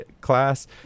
class